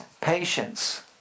patience